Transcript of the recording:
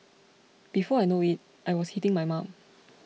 before I know it I was hitting my mum